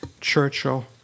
Churchill